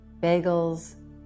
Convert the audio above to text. bagels